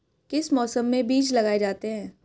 किस मौसम में बीज लगाए जाते हैं?